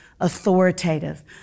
authoritative